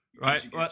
Right